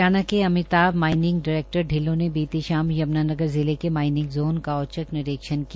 हरियाणा के Amitabh mining director Dhillon ने बीती शाम यम्नानगर जिले के माईनिंग जोन का औचक निरीक्षण किया